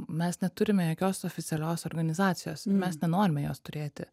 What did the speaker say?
mes neturime jokios oficialios organizacijos mes nenorime jos turėti